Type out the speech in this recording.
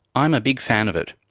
i'm a big fan of it.